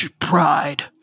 Pride